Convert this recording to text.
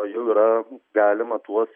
jų yra galima tuos